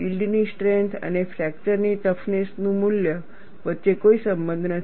yield ની strength અને fracture ની ટફનેસ મૂલ્ય વચ્ચે કોઈ સંબંધ નથી